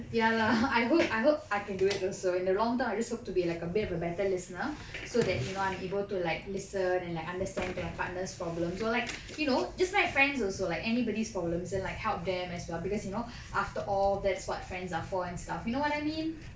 ya lah I hope I hope I can do it also in a long term I just hope to be like a bit of a better listener so that you know I'm able to like listen and like understand to my partner's problems or like you know just my friends also like anybody's problems and like help them as well because you know after all that's what friends are for and stuff you know what I mean